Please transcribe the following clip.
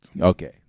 Okay